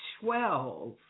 twelve